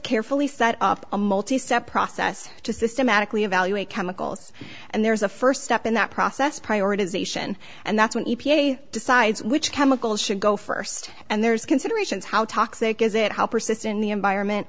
carefully set up a multi step process to systematically evaluate chemicals and there's a st step in that process prioritization and that's when e p a decides which chemicals should go st and there's considerations how toxic is it how persist in the environment